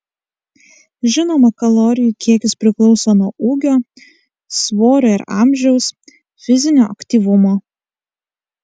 žinoma kalorijų kiekis priklauso nuo ūgio svorio ir amžiaus fizinio aktyvumo